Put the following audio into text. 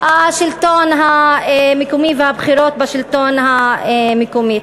השלטון המקומי והבחירות לשלטון המקומי.